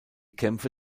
kämpfe